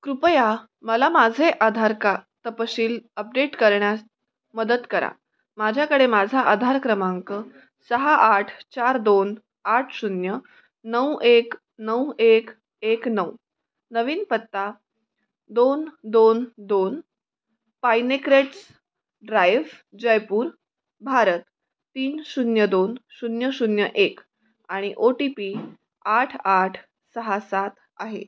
कृपया मला माझे आधार का तपशील अपडेट करण्यास मदत करा माझ्याकडे माझा आधार क्रमांक सहा आठ चार दोन आठ शून्य नऊ एक नऊ एक एक नऊ नवीन पत्ता दोन दोन दोन पायनेक्रेड्स ड्राइव्ह जयपूर भारत तीन शून्य दोन शून्य शून्य एक आणि ओ टी पी आठ आठ सहा सात आहे